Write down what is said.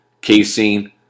casein